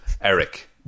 Eric